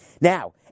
Now